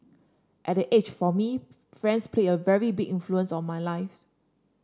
at that age for me friends played a very big influence on my life